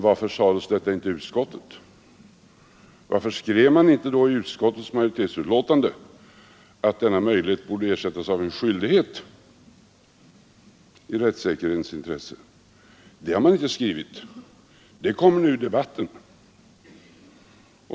Varför sades det då inte i utskottet, och varför skrev inte majoriteten i betänkandet att denna möjlighet i rättssäkerhetens intresse borde ersättas av en skyldighet? Det har man inte skrivit; det sägs nu i debatten.